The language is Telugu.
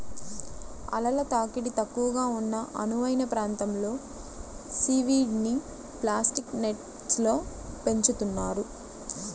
అలల తాకిడి తక్కువగా ఉన్న అనువైన ప్రాంతంలో సీవీడ్ని ప్లాస్టిక్ నెట్స్లో పెంచుతున్నారు